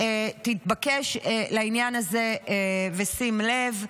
תתבקש לעניין הזה ושים לב.